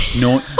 no